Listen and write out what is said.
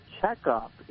checkup